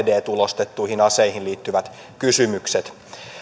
d tulostettuihin aseisiin liittyvät kysymykset